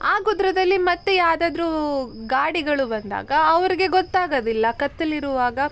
ಆ ಗುದ್ರದಲ್ಲಿ ಮತ್ತೆ ಯಾವುದಾದರೂ ಗಾಡಿಗಳು ಬಂದಾಗ ಅವ್ರಿಗೆ ಗೊತ್ತಾಗೋದಿಲ್ಲ ಕತ್ತಲಿರುವಾಗ